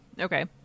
Okay